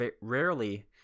rarely